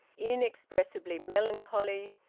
inexpressibly melancholy,